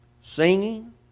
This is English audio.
Singing